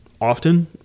often